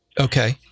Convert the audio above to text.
Okay